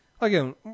again